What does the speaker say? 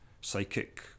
psychic